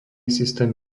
systém